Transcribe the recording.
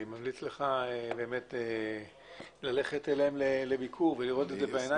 אני ממליץ לך ללכת אליהם לביקור ולראות את זה בעיניים.